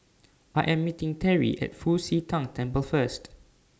I Am meeting Teri At Fu Xi Tang Temple First